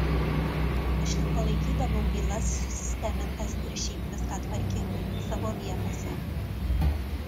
aš tik palaikydavau bylas susistemintas ir šiaip viską tvarkingai savo vietose